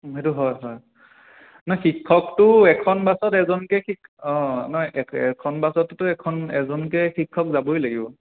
সেইটো হয় হয় নহয় শিক্ষকটো এখন বাছত এজনকে শিক অঁ নহয় এখ এখন বাছতটো এখন এজনকে শিক্ষক যাবই লাগিব